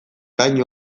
gain